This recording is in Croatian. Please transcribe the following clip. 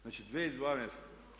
Znači 2012.